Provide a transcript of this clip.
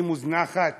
והיא מוזנחת.